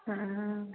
हाँ